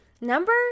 Number